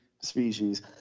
species